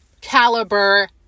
caliber